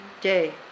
day